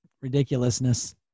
ridiculousness